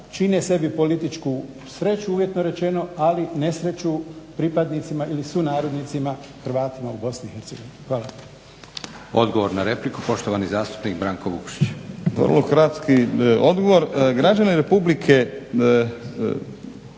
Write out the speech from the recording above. čine sebi političku sreću uvjetno rečeno ali i nesreću pripadnicima ili sunarodnicima Hrvatima u BiH. Hvala.